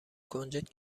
کنجد